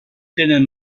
tenen